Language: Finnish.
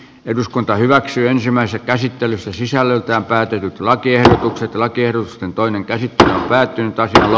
eduskunta hyväksyy ensimmäistä käsittelyssä sisällöltään päätynyt lakiehdotukset laki edustan toinen käsittely päättyi petrell